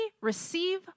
receive